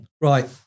Right